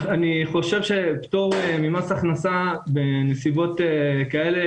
אני חושב שפטור ממס הכנסה בנסיבות כאלה,